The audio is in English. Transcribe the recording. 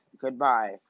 Goodbye